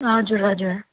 हजुर हजुर